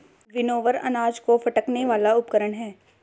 winnower अनाज को फटकने वाला उपकरण है